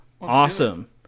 Awesome